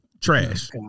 trash